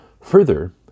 Further